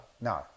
No